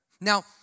Now